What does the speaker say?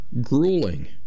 grueling